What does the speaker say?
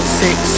six